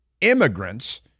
immigrants